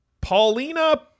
Paulina